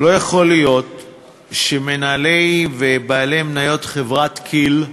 לא יכול להיות שמנהלי ובעלי מניות חברת כי"ל,